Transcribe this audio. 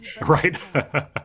Right